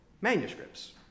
manuscripts